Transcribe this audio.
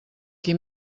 qui